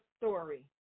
story